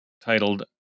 titled